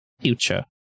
future